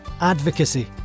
advocacy